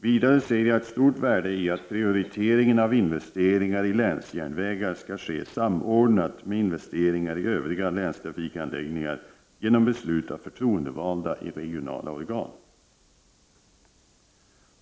Vidare ser jag ett stort värde i att prioriteringen av investeringar i länsjärnvägar kan ske samordnat med investeringar i övriga länstrafikanläggningar genom beslut av förtroendevalda i regionala organ.